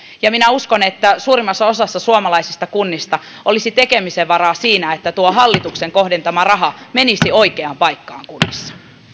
ja minä uskon että suurimmassa osassa suomalaisista kunnista olisi tekemisen varaa siinä että tuo hallituksen kohdentama raha menisi oikeaan paikkaan kunnissa